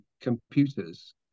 computers